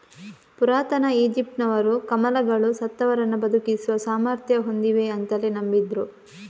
ಪುರಾತನ ಈಜಿಪ್ಟಿನವರು ಕಮಲಗಳು ಸತ್ತವರನ್ನ ಬದುಕಿಸುವ ಸಾಮರ್ಥ್ಯ ಹೊಂದಿವೆ ಅಂತಲೇ ನಂಬಿದ್ರು